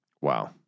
Wow